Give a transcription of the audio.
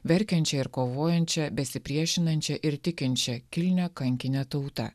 verkiančią ir kovojančią besipriešinančią ir tikinčią kilnią kankinę tautą